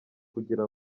kugira